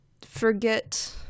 forget